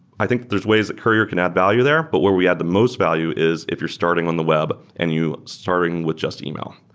i think there's ways that courier can add value there, but where we had the most value is if you're starting on the web and you starting with just email,